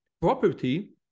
property